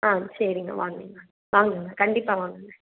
ஆ சரிங்க வாங்கங்க வாங்கங்க ஆ கண்டிப்பாக வாங்கங்க